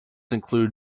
include